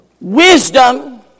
Wisdom